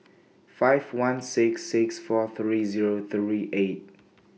five one six six four three Zero three eight